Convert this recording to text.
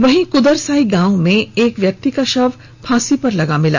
वहीं कुदरसाई गांव में एक व्यक्ति का शव फांसी पर लगा मिला